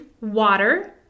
water